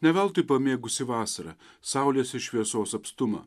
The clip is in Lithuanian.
ne veltui pamėgusi vasarą saulės į šviesos apstumą